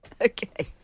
Okay